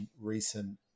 recent